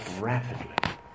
rapidly